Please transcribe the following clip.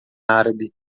árabe